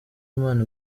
imana